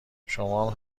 شمام